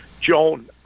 Joan